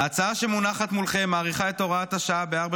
ההצעה שמונחת מולכם מאריכה את הוראת השעה בארבע